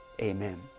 Amen